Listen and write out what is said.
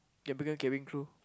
can become cabin crew